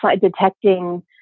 detecting